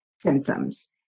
symptoms